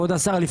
והוא